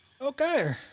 Okay